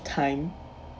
time